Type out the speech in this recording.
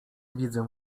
widzę